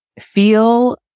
feel